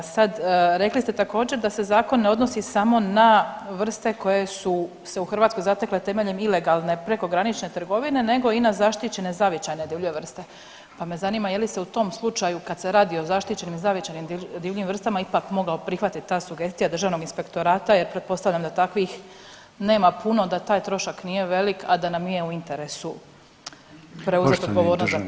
Sad rekli ste također da se zakon ne odnosi samo na vrste koje su se u Hrvatskoj zatekle temeljem ilegalne prekogranične trgovine nego i na zaštićene zavičajne divlje vrste, pa me zanima je li se u tom slučaju kad se radi o zaštićenim zavičajnim divljim vrstama ipak mogao prihvatiti ta sugestija Državnog inspektorata jer pretpostavljam da takvih nema puno, da taj trošak nije velik, a da nam nije u interesu preuzeti odgovornost za te vrste.